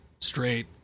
straight